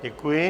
Děkuji.